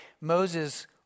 Moses